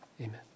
amen